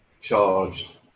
charged